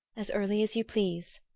as early as you please.